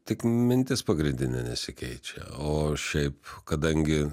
tik mintis pagrindinė nesikeičia o šiaip kadangi